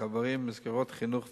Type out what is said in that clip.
החברים ומסגרות חינוך וקהילה.